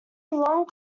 long